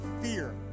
fear